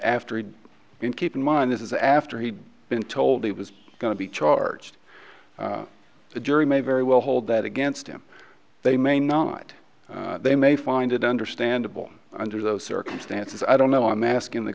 after he'd been keep in mind this is after he'd been told he was going to be charged the jury may very well hold that against him they may not they may find it understandable under those circumstances i don't know i'm asking the